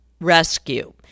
Rescue